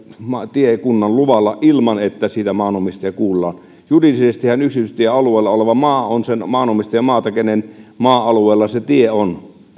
tiekunnan luvalla ilman että siitä maanomistajia kuullaan juridisestihan yksityistiealueella oleva maa on sen maanomistajan maata kenen maa alueella se tie on